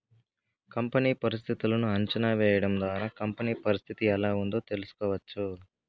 company పరిస్థితులను అంచనా వేయడం ద్వారా కంపెనీ పరిస్థితి ఎలా ఉందో తెలుసుకోవచ్చు